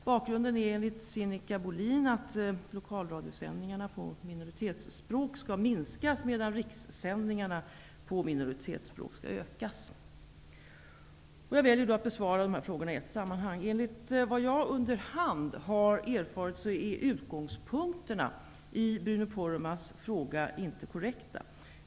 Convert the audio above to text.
Bakgrunden är, enligt Sinikka Bohlin, att lokalradiosändningarna på minoritetsspråk skall minskas medan rikssändningarna på minoritetsspråk skall utökas. Jag väljer att besvara frågorna i ett sammanhang. Enligt vad jag under hand har erfarit är utgångspunkterna i Bruno Poromaas fråga inte korrekta.